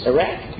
Iraq